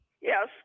Yes